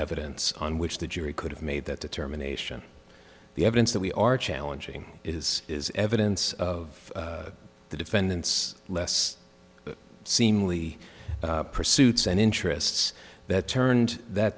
evidence on which the jury could have made that determination the evidence that we are challenging is is evidence of the defendant's less seemly pursuits and interests that turned that